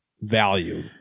value